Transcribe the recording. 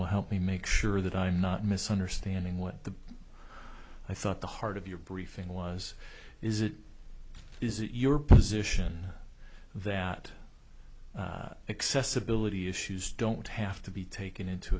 will help me make sure that i'm not misunderstanding what i thought the heart of your briefing was is it is your position that accessibility issues don't have to be taken into